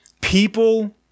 People